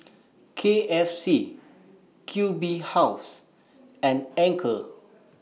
K F C Q B House and Anchor